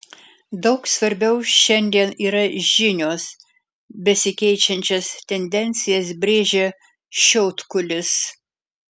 daug svarbiau šiandien yra žinios besikeičiančias tendencijas brėžia šiautkulis